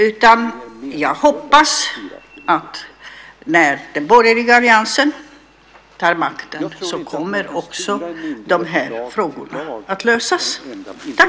I stället tror jag att också de här frågorna kommer att lösas när den borgerliga alliansen tar makten.